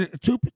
two